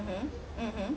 mmhmm mmhmm